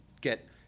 get